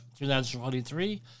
2023